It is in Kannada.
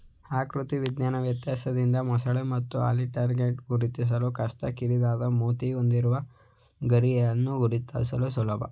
ಆಕೃತಿ ವಿಜ್ಞಾನ ವ್ಯತ್ಯಾಸದಿಂದ ಮೊಸಳೆ ಮತ್ತು ಅಲಿಗೇಟರ್ ಗುರುತಿಸಲು ಕಷ್ಟ ಕಿರಿದಾದ ಮೂತಿ ಹೊಂದಿರುವ ಘರಿಯಾಲ್ ಗುರುತಿಸಲು ಸುಲಭ